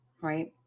Right